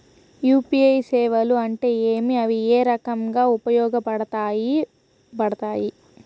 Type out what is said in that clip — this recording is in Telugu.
యు.పి.ఐ సేవలు అంటే ఏమి, అవి ఏ రకంగా ఉపయోగపడతాయి పడతాయి?